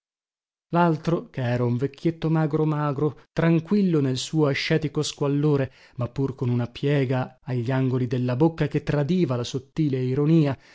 uomini laltro chera un vecchietto magro magro tranquillo nel suo ascetico squallore ma pur con una piega a gli angoli della bocca che tradiva la sottile ironia